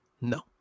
No